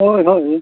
ᱦᱳᱭ ᱦᱳᱭ ᱦᱳᱭ